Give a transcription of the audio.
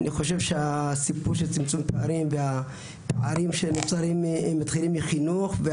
אני חושב שהסיפור של צמצום פערים ופערים שנוצרים מתחילים מחינוך.